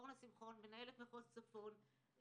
מנהלת מחוז צפון,